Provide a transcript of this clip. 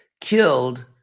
killed